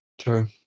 true